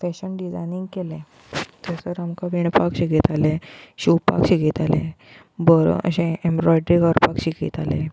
fashion designing केलें थंयसर आमकां विणपाक शिकयतालीं शिंवपाक शिकयतालें भर अशें एब्रोयडरी करपाक शिकयताले